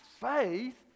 faith